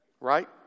Right